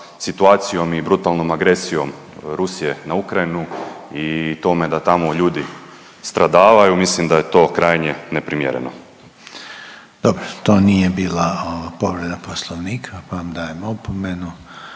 i brutalnom agresijom Rusije na Ukrajinu i tome da tamo ljudi stradavaju, mislim da je to krajnje neprimjereno. **Reiner, Željko (HDZ)** Dobro, to nije bila povreda Poslovnika pa vam dajem opomenu.